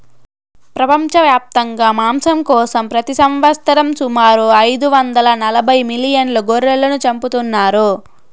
ప్రపంచవ్యాప్తంగా మాంసం కోసం ప్రతి సంవత్సరం సుమారు ఐదు వందల నలబై మిలియన్ల గొర్రెలను చంపుతున్నారు